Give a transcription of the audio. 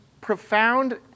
profound